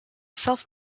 self